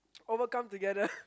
overcome together